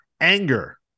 anger